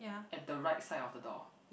at the right side of the door